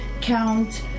count